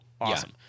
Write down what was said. Awesome